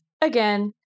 Again